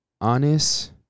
Honest